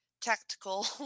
tactical